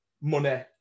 money